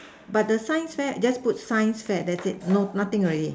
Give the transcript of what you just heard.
but the science fair just put science fair that's it nothing already